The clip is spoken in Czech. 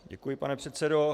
Děkuji, pane předsedo.